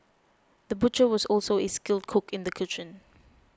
the butcher was also a skilled cook in the kitchen